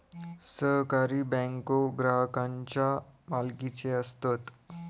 सहकारी बँको ग्राहकांच्या मालकीचे असतत